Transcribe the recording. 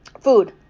Food